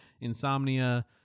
Insomnia